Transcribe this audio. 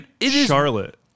Charlotte